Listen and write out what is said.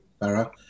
Bara